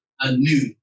anew